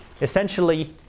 essentially